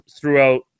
throughout